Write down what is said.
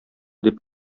дип